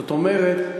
זאת אומרת,